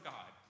God